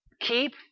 keep